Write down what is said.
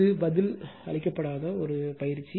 இது பதில் அளிக்கப்படாத ஒரு பயிற்சி